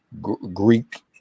Greek